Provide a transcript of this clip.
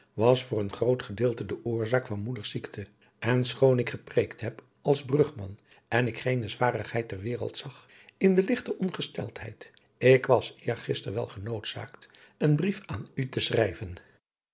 was voor een groot gedeelte de oorzaak van moeders ziekte en schoon ik gepreekt heb als brugman en ik geene zwaarigheid ter wereld zag in de ligte ongesteldheid ik was eergister wel genoodzaakt een brief aan u te schrijven